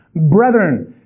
Brethren